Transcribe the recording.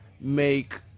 Make